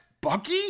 Bucky